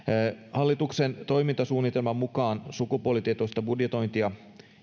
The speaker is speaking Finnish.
hallituksen toimintasuunnitelman mukaan sukupuolitietoista budjetointia